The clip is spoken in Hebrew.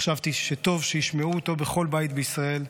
חשבתי שטוב שישמעו אותן בכל בית בישראל,